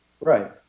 Right